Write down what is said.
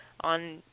on